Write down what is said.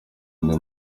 ndi